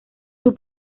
sus